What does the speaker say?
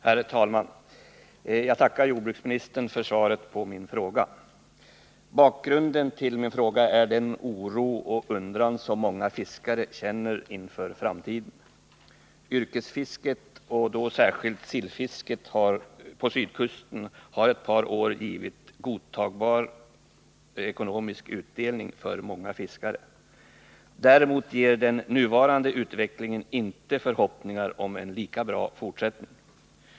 Herr talman! Jag tackar jordbruksministern för svaret på min fråga. Bakgrunden till min fråga är den oro och undran som många fiskare känner inför framtiden. Yrkesfisket och då särskilt sillfisket på sydkusten har under ett par år givit godtagbar ekonomisk utdelning för många fiskare. Däremot ger den nuvarande utvecklingen inte förhoppningar om en lika bra fortsättning.